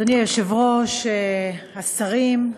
אדוני היושב-ראש, השרים,